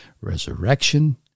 resurrection